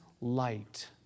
light